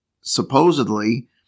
supposedly